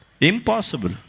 Impossible